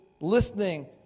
listening